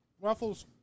Ruffles